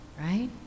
right